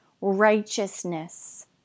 righteousness